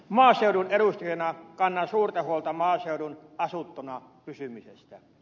maaseudun edustajana kannan suurta huolta maaseudun asuttuna pysymisestä